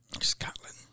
Scotland